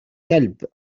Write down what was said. كلب